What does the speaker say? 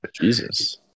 Jesus